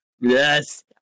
yes